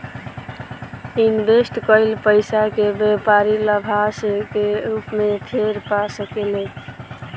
invest कईल पइसा के व्यापारी लाभांश के रूप में फेर पा सकेले